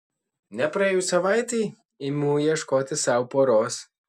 nepraėjus savaitei imu ieškoti sau poros